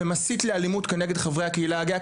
ומסית לאלימות כנגד חברי הקהילה הגאה,